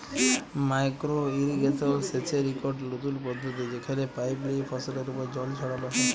micro irrigation সেচের ইকট লতুল পদ্ধতি যেখালে পাইপ লিয়ে ফসলের উপর জল ছড়াল হ্যয়